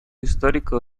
histórico